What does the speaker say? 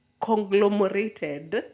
conglomerated